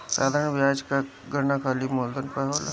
साधारण बियाज कअ गणना खाली मूलधन पअ होला